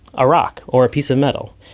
a rock or a piece of metal.